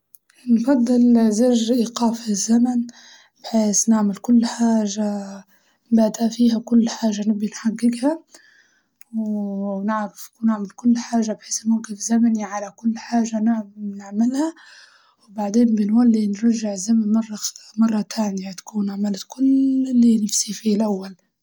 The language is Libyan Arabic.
أفضل أرجع مئتين عام للماضي بحيس الماضي كله تجارب وكله وكله معلومات وكله مفيد يعني بحيس نعرف كيف نتعامل أخرى، يعني نعرف كل التجارب اللي الناس مروا بيها وقتها، وبنولي وبنولي فايقة وعارفة كل حاجة وأكيد يعني في دروس في الماضي قيمة جداً الكل يبي يعرف.